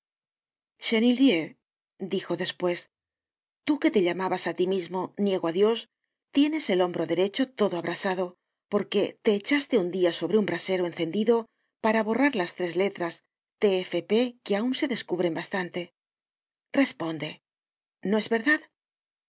dijo despues tú que te llamabas á tí mismo niego á dios tienes el hombro derecho todo abrasado porque te echaste un dia sobre un brasero encendido para borrar las tres letras t f p que aun se descubren bastante respónde no es verdad